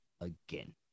again